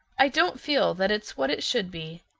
i don't feel that it's what it should be.